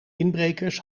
inbrekers